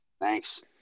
Thanks